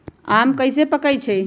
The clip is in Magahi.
आम कईसे पकईछी?